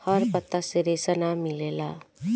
हर पत्ता से रेशा ना मिलेला